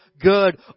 good